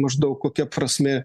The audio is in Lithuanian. maždaug kokia prasmė